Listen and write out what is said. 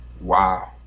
wow